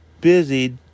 busy